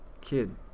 kid